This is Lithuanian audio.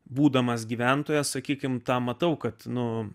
būdamas gyventojas sakykime tą matau kad nu